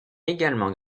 également